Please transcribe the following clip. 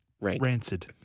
Rancid